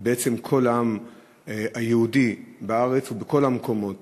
ובעצם כל העם היהודי בארץ ובכל המקומות,